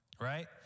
Right